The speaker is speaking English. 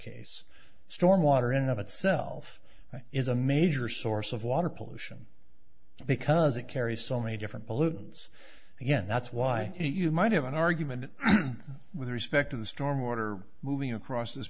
case storm water in of itself is a major source of water pollution because it carries so many different pollutants again that's why you might have an argument with respect to the storm water moving across this